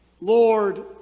Lord